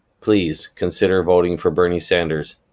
please. consider voting for bernie sanders,